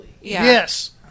yes